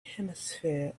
hemisphere